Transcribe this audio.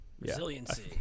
Resiliency